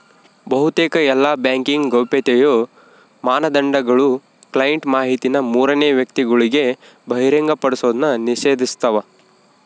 ಬಹುತೇಕ ಎಲ್ಲಾ ಬ್ಯಾಂಕಿಂಗ್ ಗೌಪ್ಯತೆಯ ಮಾನದಂಡಗುಳು ಕ್ಲೈಂಟ್ ಮಾಹಿತಿನ ಮೂರನೇ ವ್ಯಕ್ತಿಗುಳಿಗೆ ಬಹಿರಂಗಪಡಿಸೋದ್ನ ನಿಷೇಧಿಸ್ತವ